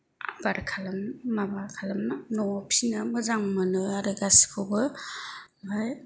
बेफार खालाम माबा खालामना न'आव फिसिना मोजां मोनो आरो गासैखौबो ओमफाय